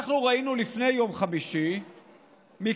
אנחנו ראינו לפני יום חמישי מקרים,